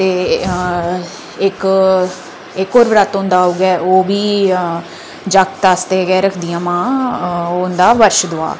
ते इक इक होर बरत होंदा उ'ऐ ओह् बी जागतै आस्तै गै रखदियां मां ओह् होंदा बच्छ दुआ